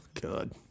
God